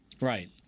Right